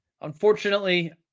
Unfortunately